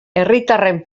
herritarren